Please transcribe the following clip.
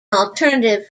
alternative